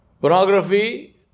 Pornography